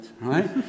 right